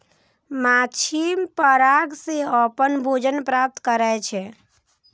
माछी पराग सं अपन भोजन प्राप्त करै छै